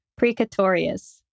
precatorius